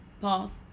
pause